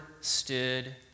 stood